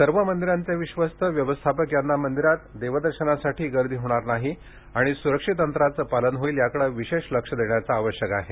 सर्व मंदिरांचे विश्वस्त व्यवस्थापक यांनी मंदिरात देवदर्शनासाठी गर्दी होणार नाही आणि सुरक्षित अंतराचे पालन होईल याकडे विशेष लक्ष देणे आवश्यक आहे